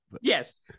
Yes